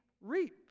reap